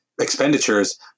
expenditures